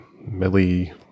millie